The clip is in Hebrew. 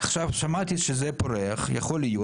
עכשיו, שמעתי שזה פורח, יכול להיות.